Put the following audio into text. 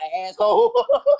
asshole